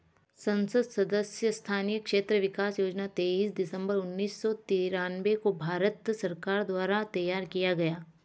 संसद सदस्य स्थानीय क्षेत्र विकास योजना तेईस दिसंबर उन्नीस सौ तिरान्बे को भारत सरकार द्वारा तैयार किया गया